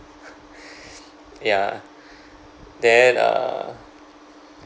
ya then uh